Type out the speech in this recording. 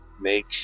make